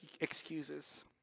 excuses